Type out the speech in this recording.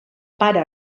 pare